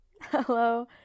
Hello